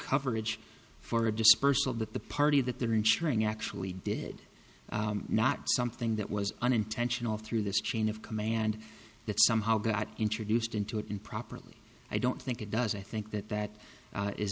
coverage for a dispersal that the party that they're insuring actually did not something that was unintentional through this chain of command that somehow got introduced into it improperly i don't think it does i think that that